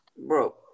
Bro